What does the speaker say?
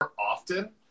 often